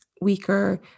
weaker